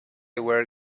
were